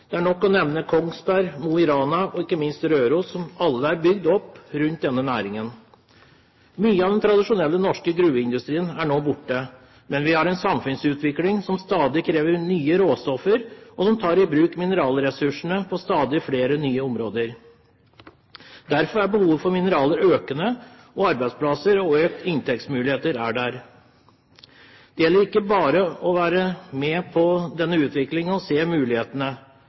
Det er nok å nevne Kongsberg, Mo i Rana og ikke minst Røros, som alle er bygd opp rundt denne næringen. Mye av den tradisjonelle norske gruveindustrien er nå borte, men vi har en samfunnsutvikling som stadig krever nye råstoffer, og som tar i bruk mineralressursene på stadig flere nye områder. Derfor er behovet for mineraler økende, og mulighetene for arbeidsplasser og økte inntektsmuligheter er der. Det gjelder ikke bare å være med på denne utviklingen og se mulighetene